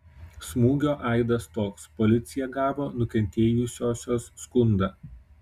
smūgio aidas toks policija gavo nukentėjusiosios skundą